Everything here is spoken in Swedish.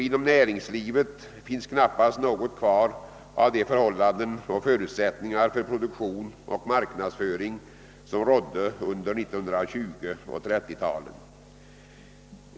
Inom näringslivet finns knappast något kvar av de förhållanden och förutsättningar för produktion och marknadsföring som rådde under 1920 och 1930-talen.